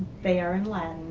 they are in latin.